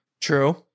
True